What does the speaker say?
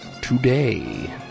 today